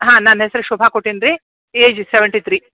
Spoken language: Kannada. ಹಾಂ ನನ್ನ ಹೆಸರು ಶೋಭಾ ಕೋಟೆನ್ರೀ ಏಜ್ ಸೆವೆಂಟಿ ತ್ರೀ